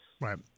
Right